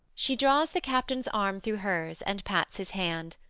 she draws the captain's arm through hers, and pats his hand.